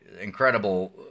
incredible